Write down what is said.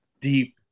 deep